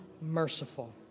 Merciful